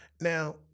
Now